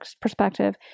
perspective